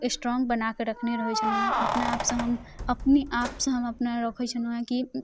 strong बनाकऽ रखने रहै छनौहँ अपना आपसँ हम अपने आप सँ हम अपना रखै छनौहँ कि